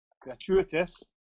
gratuitous